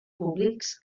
públics